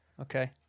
Okay